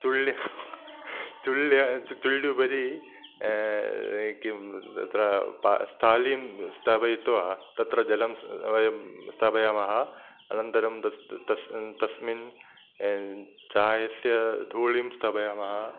चुळ्या चुळ्या चु चुळ्युपरि किं तत्र पानं स्थालीं स्थापयित्वा तत्र जलं सह वयं स्थापयामः अनन्तरं तस्य तस्य तस्मिन् चायस्य धूळिं स्थापयामः